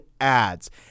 ads